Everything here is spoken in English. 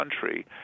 country